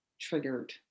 triggered